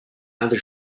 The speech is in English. other